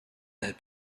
had